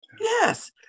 Yes